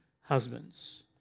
husbands